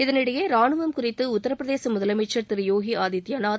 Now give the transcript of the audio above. இதே போல் ரானுவம் குறித்து உத்தரப்பிரதேச முதலமைச்சர் திரு யோகி ஆதித்யநாத்